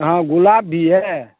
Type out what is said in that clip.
हाँ गुलाब भी है